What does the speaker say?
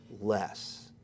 less